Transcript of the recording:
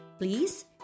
Please